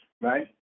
right